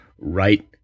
right